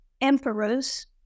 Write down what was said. emperors